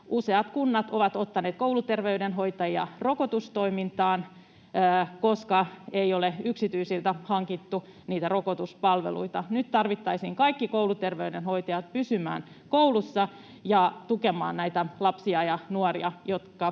Useat kunnat ovat ottaneet kouluterveydenhoitajia rokotustoimintaan, koska ei ole yksityisiltä hankittu niitä rokotuspalveluita. Nyt tarvittaisiin kaikki kouluterveydenhoitajat pysymään kouluissa tukemassa näitä lapsia ja nuoria,